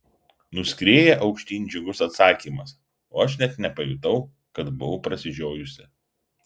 nuskrieja aukštyn džiugus atsakymas o aš net nepajutau kad buvau prasižiojusi